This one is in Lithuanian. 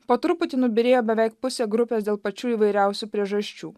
po truputį nubyrėjo beveik pusė grupės dėl pačių įvairiausių priežasčių